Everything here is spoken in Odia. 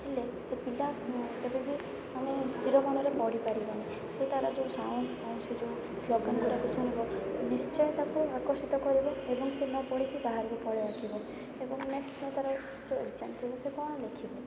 ହେଲେ ସେ ପିଲା କେବେ ବି ମାନେ ସ୍ଥିର ମନରେ ପଢ଼ି ପାରିବନି ସେ ତାର ଯୋଉ ସାଉଣ୍ଡ୍ ସେ ଯେଉଁ ସ୍ଲୋଗାନ୍ ଗୁଡ଼ିକ ଶୁଣିବ ନିଶ୍ଚୟ ତାକୁ ଆକର୍ଷିତ କରିବ ଏବଂ ସେ ନ ପଢ଼ିକି ବାହାରକୁ ପଳେଇ ଆସିବ ଏବଂ ନେକ୍ସଟ୍ ତା'ର ଯେଉଁ ଏଗ୍ଜାମ୍ ଥିବ ସେ କ'ଣ ଲେଖିବ